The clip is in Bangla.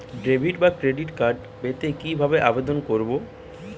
ডেবিট বা ক্রেডিট কার্ড পেতে কি ভাবে আবেদন করব?